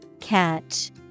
Catch